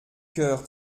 coeur